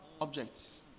objects